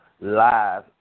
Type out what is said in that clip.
live